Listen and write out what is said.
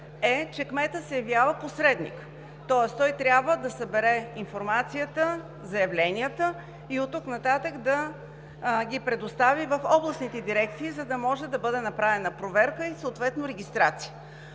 е, че кметът се явява посредник, тоест той трябва да събере информацията, заявленията и оттук нататък да ги предостави в областните дирекции, за да може да бъде направена проверка и съответно регистрация.